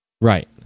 Right